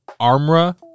Armra